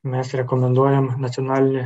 mes rekomenduojam nacionalinį